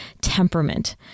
temperament